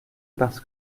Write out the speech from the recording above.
parce